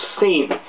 seen